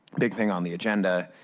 big thing on the agenda